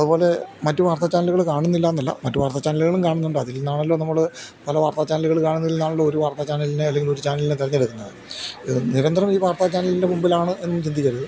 അതുപോലെ മറ്റ് വാർത്താ ചാനലുകളും കാണുന്നില്ല എന്നല്ല മറ്റ് വാർത്താ ചാനലുകളും കാണുന്നുണ്ട് അതിൽ നിന്നാണല്ലോ നമ്മൾ പല വാർത്താ ചാനലുകൾ കാണുന്നതിൽനിന്നാണല്ലോ ഒരു വാർത്ത ചാനലിനെ അല്ലെങ്കിൽ ഒരു ചാനലിനെ തെഞ്ഞെടുക്കുന്നത് നിരന്തരം ഈ വാർത്താ ചാനലിൻ്റെ മുമ്പിലാണ് എന്ന് ചിന്തിക്കരുത്